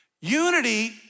Unity